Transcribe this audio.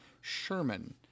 Sherman